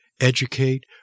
educate